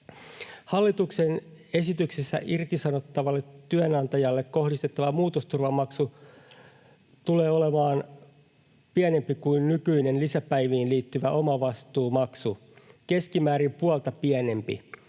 Hallituksen esityksen mukaan tulee irtisanovalle työnantajalle kohdistettava muutosturvamaksu olemaan pienempi kuin nykyinen lisäpäiviin liittyvä omavastuumaksu, keskimäärin puolta pienempi.